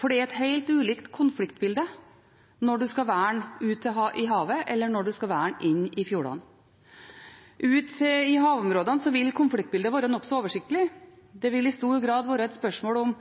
for det er et helt ulikt konfliktbilde når en skal verne ute i havet, enn når en skal verne inne i fjordene. Ute i havområdene vil konfliktbildet være nokså oversiktlig. Det vil i stor grad være et spørsmål om